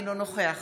אינו נוכח